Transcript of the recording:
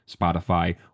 Spotify